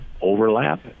overlap